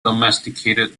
domesticated